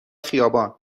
خیابان